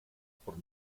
por